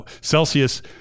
Celsius